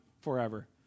forever